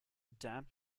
damp